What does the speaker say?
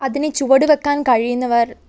അതിനെ ചുവട് വയ്ക്കാൻ കഴിയുന്നവർ